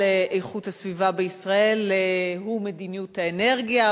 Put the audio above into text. איכות הסביבה בישראל הוא מדיניות האנרגיה,